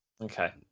Okay